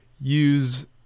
use